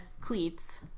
cleats